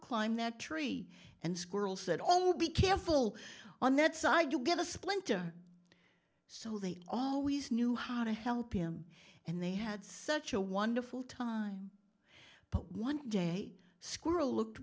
climb that tree and squirrels that all would be careful on that side to get a splinter so they always knew how to help him and they had such a wonderful time but one day squirrel looked